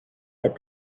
that